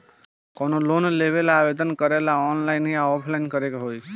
कवनो लोन लेवेंला आवेदन करेला आनलाइन या ऑफलाइन करे के होई?